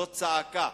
זאת צעקה,